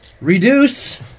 Reduce